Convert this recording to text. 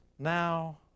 Now